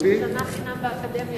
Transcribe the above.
שנה חינם באקדמיה אמרת?